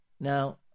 Now